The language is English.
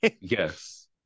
Yes